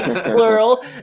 plural